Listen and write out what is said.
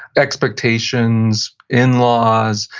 expectations, in-laws.